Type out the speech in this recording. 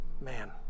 Man